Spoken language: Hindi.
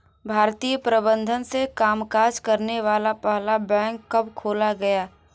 भारतीय प्रबंधन से कामकाज करने वाला पहला बैंक कब खोला गया?